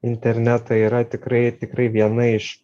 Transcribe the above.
internetą yra tikrai tikrai viena iš